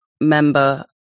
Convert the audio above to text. member